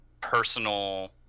personal